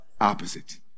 opposite